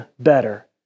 better